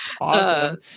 awesome